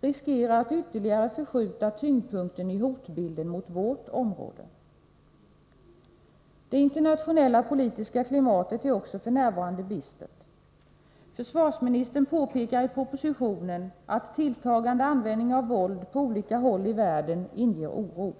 riskera att ytterligare förskjuta tyngdpunkten i hotbilden mot vårt område. Det internationella politiska klimatet är f.n. bistert. Försvarsministern påpekar i propositionen att tilltagande användning av våld på olika håll i världen inger oro.